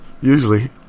usually